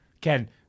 Ken